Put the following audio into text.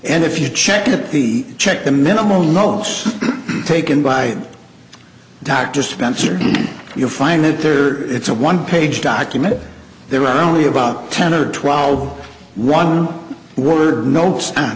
and if you check at the check the minimal notes taken by dr spencer you'll find it or it's a one page document there are only about ten or twelve one word notes on